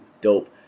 dope